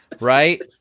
right